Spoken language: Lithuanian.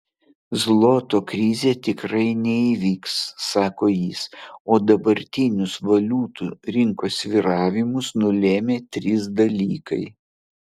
zloto krizė tikrai neįvyks sako jis o dabartinius valiutų rinkos svyravimus nulėmė trys dalykai